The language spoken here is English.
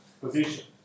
position